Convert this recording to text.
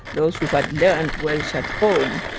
those who had learned welsh at home.